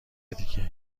دیگه